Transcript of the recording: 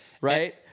Right